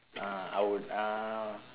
uh I would uh